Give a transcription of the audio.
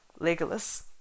Legolas